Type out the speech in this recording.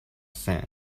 sand